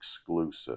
exclusive